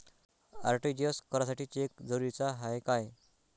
RTGS करासाठी cheque जरुरीचा हाय काय?